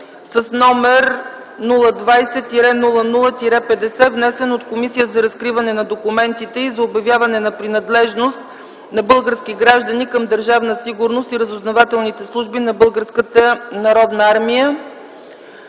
г., № 020-00-50, внесен от Комисията за разкриване на документите и за обявяване на принадлежност на български граждани към Държавна сигурност и разузнавателните служби на